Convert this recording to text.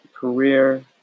career